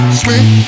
sweet